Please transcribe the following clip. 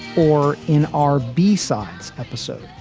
or in our b-sides episode,